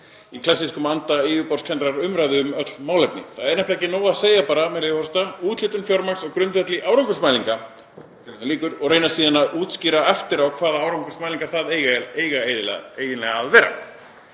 í klassískum anda yfirborðskenndrar umræðu um öll málefni. Það er nefnilega ekki nóg að segja bara, með leyfi forseta: „Úthlutun fjármagns á grundvelli árangursmælinga“ — og reyna síðan að útskýra eftir á hvaða árangursmælingar það eiga eiginlega að vera.